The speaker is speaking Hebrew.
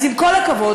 אז עם כל הכבוד,